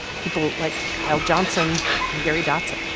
people like kyle johnson and gary dotson.